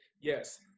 yes